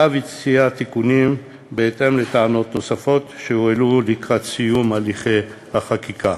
ואף הציע תיקונים בהתאם לטענות נוספות שהועלו לקראת סיום הליכי החקיקה.